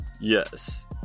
Yes